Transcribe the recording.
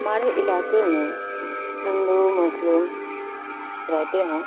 ہمارے علاقے میں ہندو مسلم رہتے ہیں